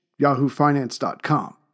YahooFinance.com